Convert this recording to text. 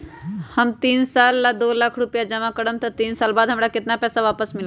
हम तीन साल ला दो लाख रूपैया जमा करम त तीन साल बाद हमरा केतना पैसा वापस मिलत?